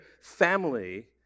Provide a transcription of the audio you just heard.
family